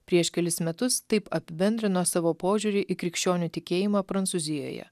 prieš kelis metus taip apibendrino savo požiūrį į krikščionių tikėjimą prancūzijoje